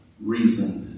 reason